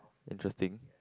interesting